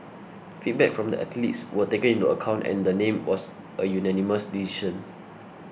feedback from the athletes were taken into account and the name was a unanimous decision